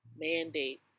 mandate